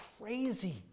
crazy